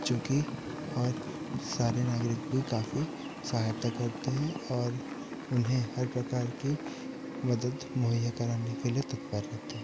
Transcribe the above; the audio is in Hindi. बच्चों की और सारे नागरिकों की काफ़ी सहायता करते हैं और उन्हें हर प्रकार की मदद मुहैया करने के लिए तत्पर रहते हैं